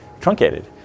truncated